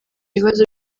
ibibazo